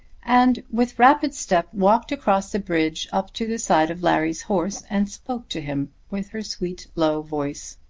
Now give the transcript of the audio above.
and with rapid step walked across the bridge up to the side of larry's horse, and spoke to him with her sweet low voice.